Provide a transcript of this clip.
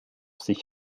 sich